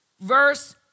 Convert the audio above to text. verse